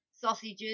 sausages